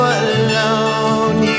alone